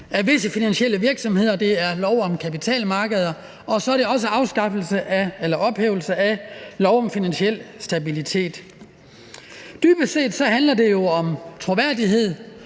af visse finansielle virksomheder, og det er lov om kapitalmarkeder, og så er det også ophævelse af lov om finansiel stabilitet. Dybest set handler det jo om troværdighed.